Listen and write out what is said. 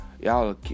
y'all